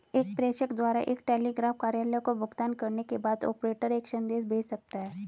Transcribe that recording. एक प्रेषक द्वारा एक टेलीग्राफ कार्यालय को भुगतान करने के बाद, ऑपरेटर एक संदेश भेज सकता है